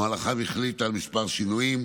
ובמהלכם החליטה על כמה שינויים.